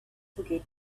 forget